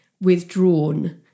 withdrawn